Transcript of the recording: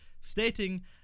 stating